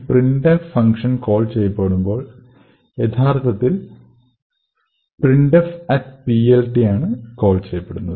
ഈ printf function call ചെയ്യപ്പെടുമ്പോൾ യഥാർത്ഥത്തിൽ printfPLT ആണ് കോൾ ചെയ്യപ്പെടുന്നത്